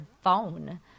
phone